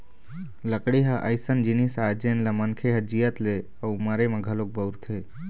लकड़ी ह अइसन जिनिस आय जेन ल मनखे ह जियत ले अउ मरे म घलोक बउरथे